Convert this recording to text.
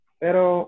pero